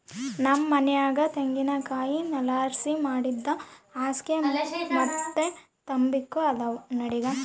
ನಮ್ ಮನ್ಯಾಗ ತೆಂಗಿನಕಾಯಿ ನಾರ್ಲಾಸಿ ಮಾಡಿದ್ ಹಾಸ್ಗೆ ಮತ್ತೆ ತಲಿಗಿಂಬು ಅದಾವ